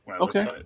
Okay